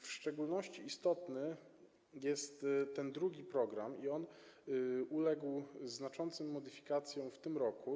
W szczególności istotny jest ten drugi program i on uległ znaczącym modyfikacjom w tym roku.